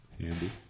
Handy